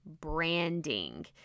branding